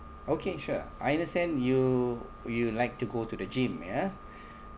okay sure I understand you you like to go to the gym ya